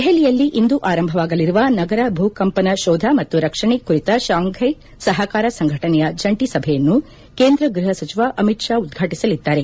ದೆಹಲಿಯಲ್ಲಿ ಇಂದು ಆರಂಭವಾಗಲಿರುವ ನಗರ ಭೂಕಂಪನ ಶೋಧ ಮತ್ತು ರಕ್ಷಣೆ ಕುರಿತ ಶಾಂಫ್ಲೆ ಸಹಕಾರ ಸಂಘಟನೆಯ ಜಂಟಿ ಸಭೆಯನ್ನು ಕೇಂದ್ರ ಗೃಹ ಸಚಿವ ಅಮಿತ್ ಶಾ ಉದ್ವಾಟಿಸಲಿದ್ದಾರೆ